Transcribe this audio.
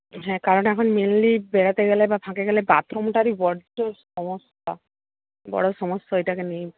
হ্যাঁ কারণ এখন মেনলি বেড়াতে গেলে বা ফাঁকে গেলে বাথরুমটারই বড্ড সমস্যা বড়ো সমস্যা ওইটাকে নিয়েই